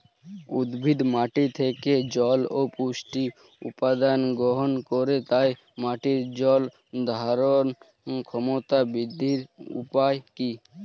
উদ্ভিদ মাটি থেকে জল ও পুষ্টি উপাদান গ্রহণ করে তাই মাটির জল ধারণ ক্ষমতার বৃদ্ধির উপায় কী?